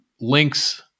links